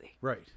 right